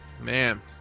Man